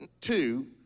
two